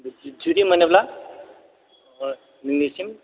जुदि मोनोब्ला नोंनिसिम